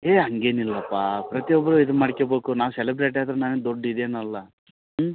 ಏಯ್ ಹಾಗೇನಿಲ್ಲಪ್ಪ ಪ್ರತಿಯೊಬ್ರೂ ಇದು ಮಾಡ್ಕಬೇಕು ನಾವು ಸೆಲೆಬ್ರೆಟಿ ಆದ್ರೆ ನಾವೇನು ದೊಡ್ಡ ಇದೇನಲ್ಲ ಹ್ಞೂ